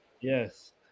Yes